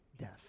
death